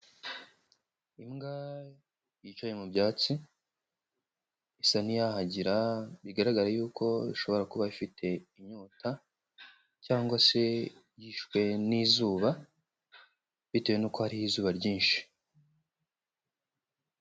Imbwa yicaye mu byatsi, isa n'iyahagira bigaragara yuko ishobora kuba bifite inyota, cyangwa se yishwe n'izuba, bitewe n'uko hariho izuba ryinshi.